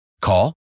Call